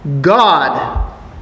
God